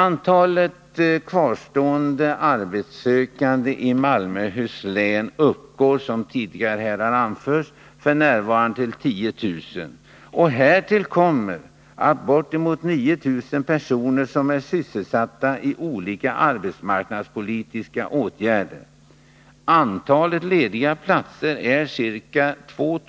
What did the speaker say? Antalet kvarstående arbetssökande i Malmöhus län uppgår f. n. — som tidigare här har anförts — till ca 10 000. Härtill kommer bortemot 9 000 personer som är sysselsatta genom olika arbetsmarknadspolitiska åtgärder. Antalet lediga platser är ca 2